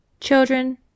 Children